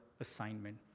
assignment